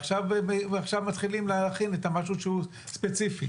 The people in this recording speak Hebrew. ועכשיו מתחילים להכין את המשהו הספציפי.